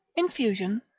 infusion,